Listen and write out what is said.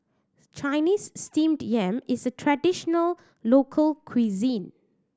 Chinese Steamed Yam is a traditional local cuisine